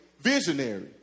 visionary